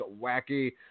wacky